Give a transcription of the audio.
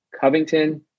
Covington